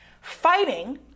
fighting